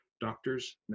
doctors